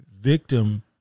victim